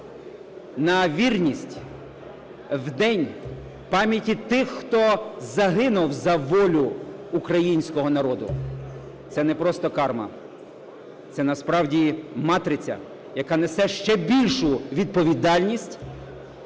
на вірність в день пам'яті тих, хто загинув за волю українського народу, це не просто карма, це насправді матриця, яка несе ще більшу відповідальність,